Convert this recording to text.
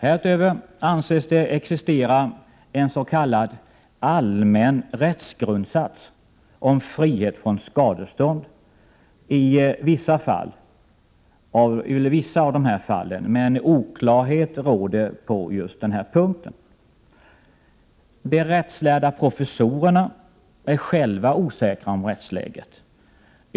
Härutöver anses det existera en s.k. allmän rättsgrundsats om frihet från skadestånd i vissa av dessa fall. Oklarheter råder dock på just denna punkt. De rättslärda professorerna är själva osäkra om rättsläget.